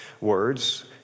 words